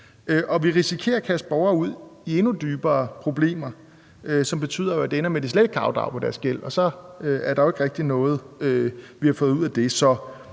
vi risikerer at kaste borgere ud i endnu dybere problemer, som betyder, at det ender med, at de slet ikke kan afdrage på deres gæld, og så har vi jo ikke rigtig fået noget ud af det.